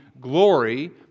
glory